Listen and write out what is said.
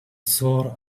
sore